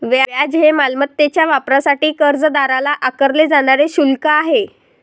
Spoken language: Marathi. व्याज हे मालमत्तेच्या वापरासाठी कर्जदाराला आकारले जाणारे शुल्क आहे